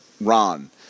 Ron